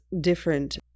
different